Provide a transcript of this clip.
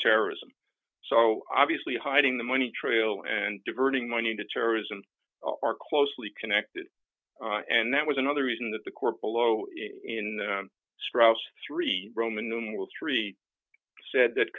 terrorism so obviously hiding the money trail and diverting money to terrorism are closely connected and that was another reason that the court below in strauss three roman numeral three said that